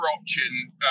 option